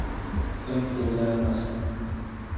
تِم پروگرام آسان